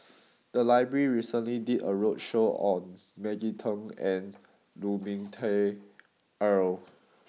the library recently did a roadshow on Maggie Teng and Lu Ming Teh Earl